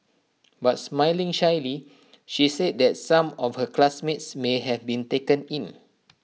but smiling shyly she said that some of her classmates may have been taken in